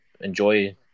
enjoy